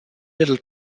little